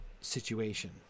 situation